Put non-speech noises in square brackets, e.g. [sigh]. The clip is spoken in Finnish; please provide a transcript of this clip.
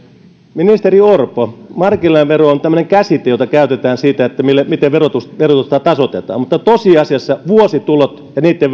ministeri orpo marginaalivero on tämmöinen käsite jota käytetään siitä miten verotusta verotusta tasoitetaan mutta tosiasiassa vuositulot ja niitten [unintelligible]